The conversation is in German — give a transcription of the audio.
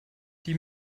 die